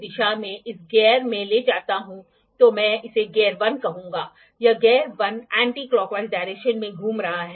इसलिए जब हम किसी एंगल को मापना चाहते हैं तो यह एक बहुत ही महत्वपूर्ण पाॅइंट है जो एक पाॅइंट पर मिलता है